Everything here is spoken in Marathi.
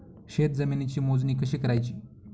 शेत जमिनीची मोजणी कशी करायची?